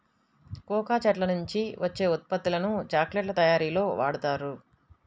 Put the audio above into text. cocoa చెట్ల నుంచి వచ్చే ఉత్పత్తులను చాక్లెట్ల తయారీలో వాడుతారు